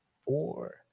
four